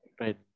Right